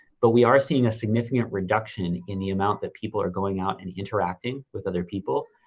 but we are seeing a significant reduction in the amount that people are going out and interacting with other people,